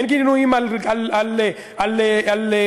אין גינויים על ערב-הסעודית,